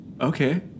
Okay